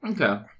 Okay